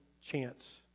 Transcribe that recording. chance